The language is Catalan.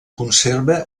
conserva